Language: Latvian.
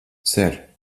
ser